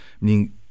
Meaning